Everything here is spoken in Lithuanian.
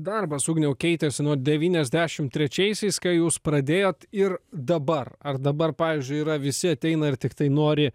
darbas ugniau keitėsi nuo devyniasdešimt trečiaisiais kai jūs pradėjot ir dabar ar dabar pavyzdžiui yra visi ateina ir tiktai nori